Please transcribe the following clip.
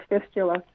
fistula